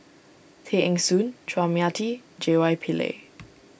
Tay Eng Soon Chua Mia Tee J Y Pillay